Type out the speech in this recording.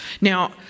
Now